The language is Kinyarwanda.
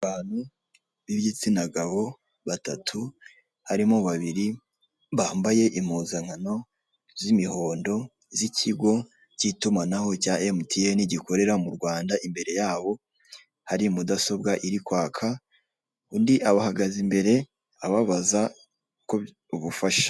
Abantu bigitsinagabo batatu harimo babiri bambaye impuzankano z'imihondo z'ikigo cy'itumanaho cya MTN gikorera mu Rwanda imbere yaho hari mudasombwa irikwaka undi abahagaze imbere ababaza ku bufasha.